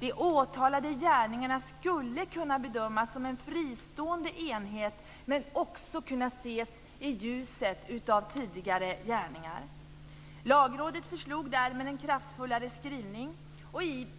De åtalade gärningarna skulle kunna bedömas som en fristående enhet men också kunna ses i ljuset av tidigare gärningar. Lagrådet föreslog därmed en kraftfullare skrivning.